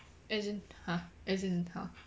as in !huh! as in !huh!